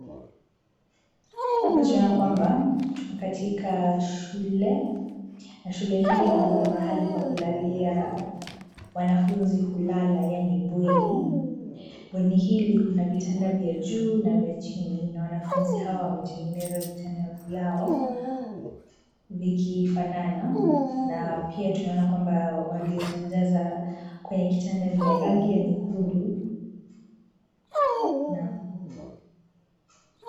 Hapa tunaona ya kwamba tuko katika shule, na shule hili ni mahali pa kulalia wanafunzi hulala yaani bweni. Bweni hili kuna vitanda vya juu na vya chini na wanafunzi hawa wametengeneza vitanda vyao vikifanana na pia tunaona kwamba waliotandaza kwenye kitanda ni rangi ya nyekundu. Naam.